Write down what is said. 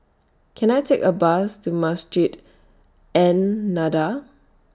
Can I Take A Bus to Masjid An Nahdhah